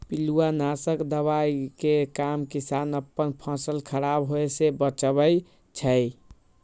पिलुआ नाशक दवाइ के काम किसान अप्पन फसल ख़राप होय् से बचबै छइ